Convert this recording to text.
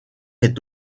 est